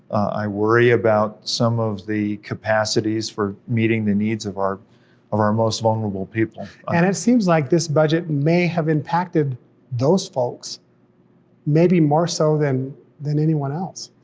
i worry about some of the capacities for meeting the needs of our of our most vulnerable people. and it seems like this budget may have impacted those folks maybe more so than than anyone else.